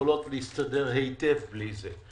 יכולות להסתדר היטב בלי זה,